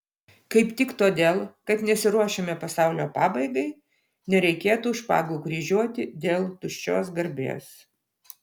kaip tik todėl kad nesiruošiame pasaulio pabaigai nereikėtų špagų kryžiuoti dėl tuščios garbės